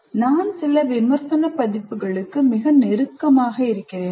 நான் சில விமர்சன மதிப்புகளுக்கு மிக நெருக்கமாக இருக்கிறேனா